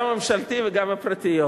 גם הממשלתית וגם הפרטיות.